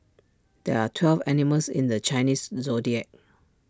there are twelve animals in the Chinese Zodiac